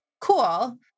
Cool